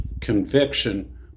conviction